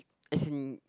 as in